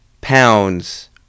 Pounds